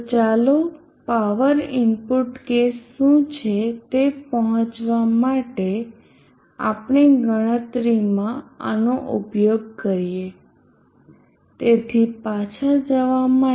તો ચાલો power input case શું છે તે પહોંચવા માટે આપણી ગણતરીમાં આનો ઉપયોગ કરીએ તેથી પાછા જવા માટે